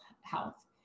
health